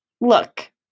look